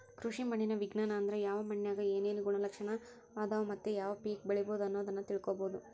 ಕೃಷಿ ಮಣ್ಣಿನ ವಿಜ್ಞಾನ ಅಂದ್ರ ಯಾವ ಮಣ್ಣಿನ್ಯಾಗ ಏನೇನು ಗುಣಲಕ್ಷಣ ಅದಾವ ಮತ್ತ ಯಾವ ಪೇಕ ಬೆಳಿಬೊದು ಅನ್ನೋದನ್ನ ತಿಳ್ಕೋಬೋದು